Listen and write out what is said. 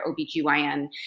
OBGYN